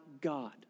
God